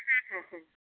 হ্যাঁ হ্যাঁ হ্যাঁ